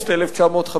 באוגוסט 1956